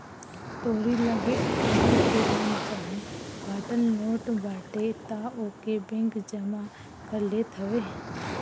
तोहरी लगे अगर पुरान चाहे फाटल नोट बाटे तअ ओके बैंक जमा कर लेत हवे